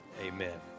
amen